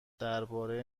درباره